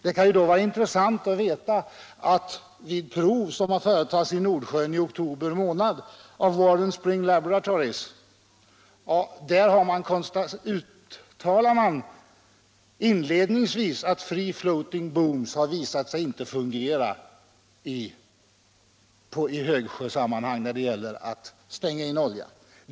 Det kan då vara intressant att veta att vid prov som företogs i Nordsjön i oktober av Warren Spring Laboratories konstaterade man, enligt vad som inledningsvis uttalas i den rapport som avgivits, att free floating booms har visat sig inte fungera i högsjösammanhang när det gäller att stänga in olja.